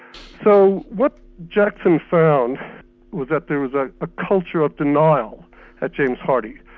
so what jackson found was that there was a ah culture of denial at james hardie,